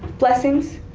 blessings?